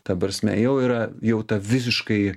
ta prasme jau yra jau ta visiškai